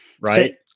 Right